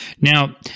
Now